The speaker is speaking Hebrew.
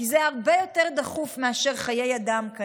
כי זה כנראה הרבה יותר דחוף מאשר חיי אדם.